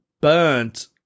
burnt